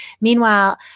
Meanwhile